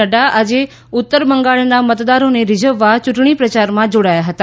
નહ્રા આજે ઉત્તર બંગાળના મતદારોને રીઝવવા યૂંટણી પ્રયારમાં જોડાયા હતા